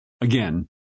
again